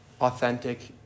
authentic